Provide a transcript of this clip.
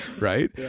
Right